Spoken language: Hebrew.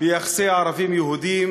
ביחסי ערבים יהודים,